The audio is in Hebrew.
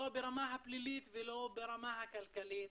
לא ברמה הפלילית ולא ברמה הכלכלית,